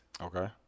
Okay